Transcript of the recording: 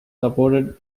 supported